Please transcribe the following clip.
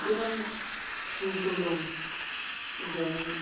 गोबां सुबुंफोर दं जाय